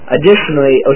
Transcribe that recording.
Additionally